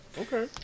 Okay